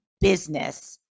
business